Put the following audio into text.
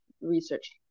research